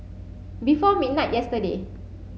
before midnight yesterday